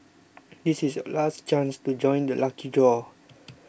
this is your last chance to join the lucky draw